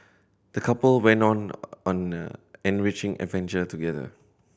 the couple went on an enriching adventure together